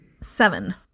Seven